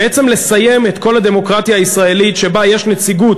בעצם לסיים את כל הדמוקרטיה הישראלית שבה יש נציגות